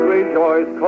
Rejoice